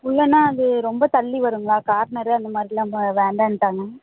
உள்ளனா அது ரொம்ப தள்ளி வருங்களா கார்னரு அந்தமாதிரிலாம் இருந்தால் வேண்டான்ட்டாங்க